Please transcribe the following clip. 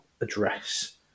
address